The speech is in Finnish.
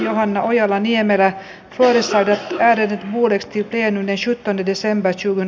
johanna ojala niemelä oli säädetty väärin huoli stipendeisyyttä nykyiseen taisteluun